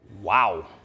Wow